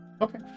Okay